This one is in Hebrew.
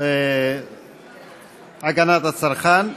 הגנת הצרכן.